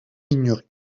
ignorés